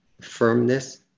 firmness